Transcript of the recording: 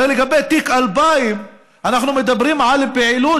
הרי לגבי תיק 2000 אנחנו מדברים על פעילות